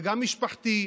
וגם משפחתי,